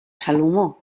salomó